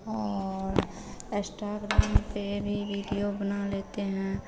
और एश्टाग्राम पर भी वीडियो बना लेते हैं